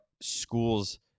schools